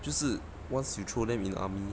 就是 once you throw them in the army